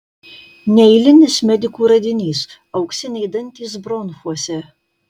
neeilinis medikų radinys auksiniai dantys bronchuose